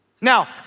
Now